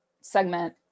segment